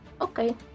Okay